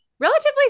relatively